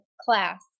class